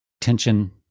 tension